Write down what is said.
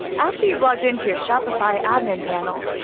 after you've logged in to your shopify admin panel,